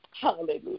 Hallelujah